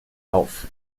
auf